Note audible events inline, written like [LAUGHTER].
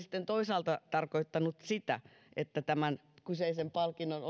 sitten toisaalta tarkoittanut sitä että tämän kyseisen palkinnon [UNINTELLIGIBLE]